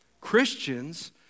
Christians